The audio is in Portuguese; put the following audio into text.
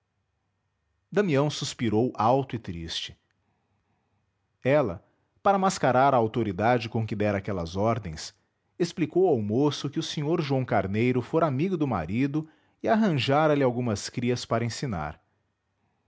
damião suspirou alto e triste ela para mascarar a autoridade com que dera aquelas ordens explicou ao moço que o sr joão carneiro fora amigo do marido e arranjara lhe algumas crias para ensinar